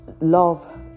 love